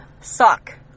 sock